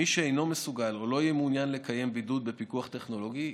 מי שאינו מסוגל או לא יהיה מעוניין לקיים בידוד בפיקוח טכנולוגי,